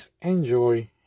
enjoy